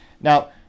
Now